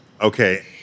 Okay